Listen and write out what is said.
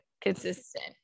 consistent